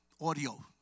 audio